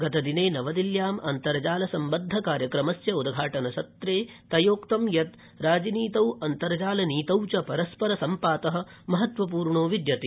गतदिने नवदिल्लाम् अन्तर्जालसम्बद्धकार्यक्रमस्योद्वाटनसत्रे तयोक्तं यत् राजनीतौ अन्तर्जालनीतौ च परस्पर सम्पात महत्त्वपूर्णो विद्यते